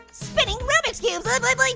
spinning rubik's cubes. but but like